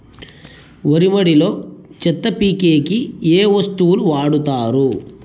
వరి మడిలో చెత్త పీకేకి ఏ వస్తువులు వాడుతారు?